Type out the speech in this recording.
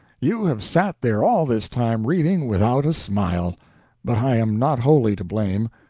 you have sat there all this time reading without a smile but i am not wholly to blame.